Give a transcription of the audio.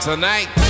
Tonight